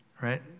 right